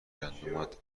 گندمت